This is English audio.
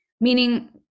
Meaning